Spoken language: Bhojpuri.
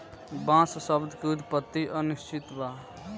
बांस शब्द के उत्पति अनिश्चित बा